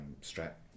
strap